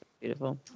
beautiful